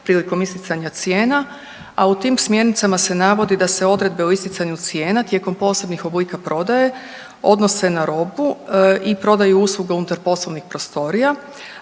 prilikom isticanja cijena, a u tim smjernicama se navodi da se odredbe o isticanju cijena tijekom posebnih oblika prodaje odnose na robu i prodaju usluge unutar poslovnih prostorija,